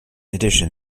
addition